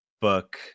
book